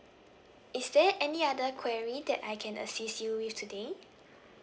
is there any other query that I can assist you with today